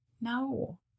No